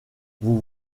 vous